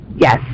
yes